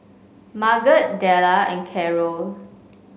Marget Della and Karol